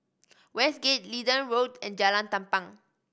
Westgate Leedon Road and Jalan Tampang